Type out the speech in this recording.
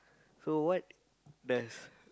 so what does